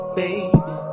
baby